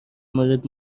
مورد